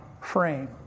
frame